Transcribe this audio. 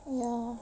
ya